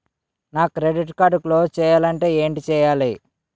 నా credit card close చేయాలంటే ఏంటి చేయాలి?